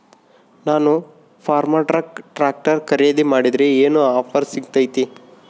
ನಾನು Farmtrac tractor ಖರೇದಿ ಮಾಡಿದ್ರೆ ಏನು ಆಫರ್ ಸಿಗ್ತೈತಿ?